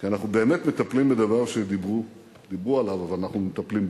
כי אנחנו באמת מטפלים בדבר שדיברו עליו אבל אנחנו מטפלים בו,